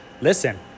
Listen